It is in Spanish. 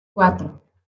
cuatro